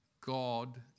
God